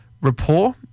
rapport